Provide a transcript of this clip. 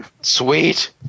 Sweet